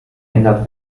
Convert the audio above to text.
ändert